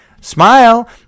Smile